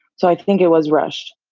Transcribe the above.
so i think it was rushed.